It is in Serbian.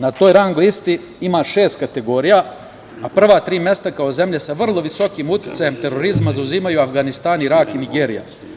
Na toj rang listi ima šest kategorija, a prva tri mesta kao zemlje sa vrlo visokim uticajem terorizma zauzimaju Avganistan, Irak i Nigerija.